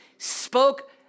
spoke